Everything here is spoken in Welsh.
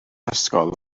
ysgol